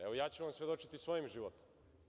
Evo, ja ću vam svedočiti svojim životom.